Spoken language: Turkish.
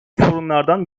sorunlardan